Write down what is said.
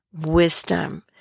wisdom